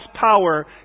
power